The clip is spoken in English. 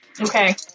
okay